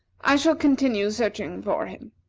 i shall continue searching for him.